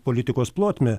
politikos plotmę